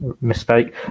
mistake